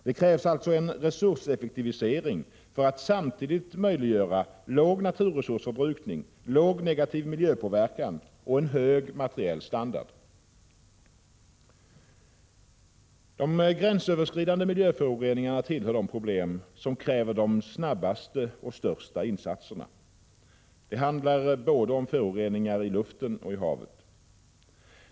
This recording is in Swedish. Det krävs alltså en resurseffektivisering för att samtidigt möjliggöra låg naturresursförbrukning, låg negativ miljöpåverkan och hög materiell standard. De gränsöverskridande miljöföroreningarna tillhör de problem som kräver de snabbaste och största insatserna. Det handlar om föroreningar både i luften och i havet.